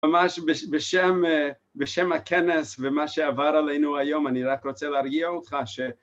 ממש בשם הכנס ומה שעבר עלינו היום אני רק רוצה להרגיע אותך ש...